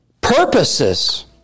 purposes